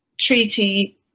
treaty